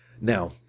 Now